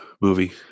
movie